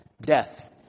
Death